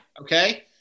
Okay